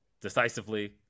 decisively